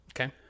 Okay